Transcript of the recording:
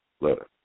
letter